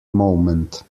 moment